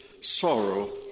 sorrow